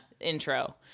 Intro